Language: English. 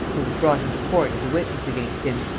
who was brought into court as a witness against him.